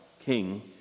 king